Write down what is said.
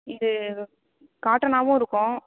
இது காட்டனாகவும் இருக்கும்